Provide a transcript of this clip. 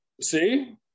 See